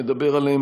מדבר עליהם,